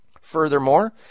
Furthermore